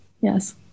yes